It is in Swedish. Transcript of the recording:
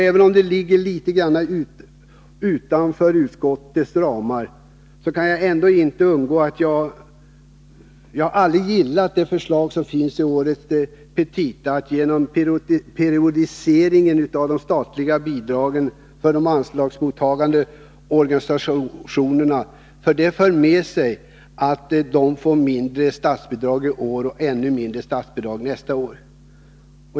Även om det ligger litet grand utanför ramen för det ämne som vi nu behandlar kan jag inte uraktlåta att nämna att jag aldrig gillat förslaget i årets petita att periodisera de statliga bidragen till de anslagsmottagande organisationerna. Det för med sig att dessa organisationer får mindre statsbidrag i år och ännu mindre nästa år.